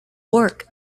work